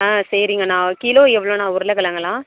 ஆ சரிங்கண்ணா கிலோ எவ்ளோ அண்ணா உருளக்கிழங்குலாம்